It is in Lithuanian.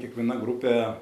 kiekviena grupė